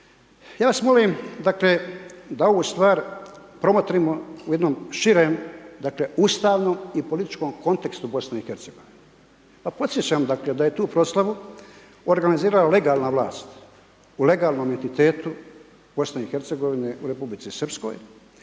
Ja vas molim da ovu stvar promotrimo u jednom širem Ustavnom i političkom kontekstu BIH. Podsjećam da je tu proslavu organizirala legalna vlast u legalnom entitetu BIH, u Republici Srpskoj,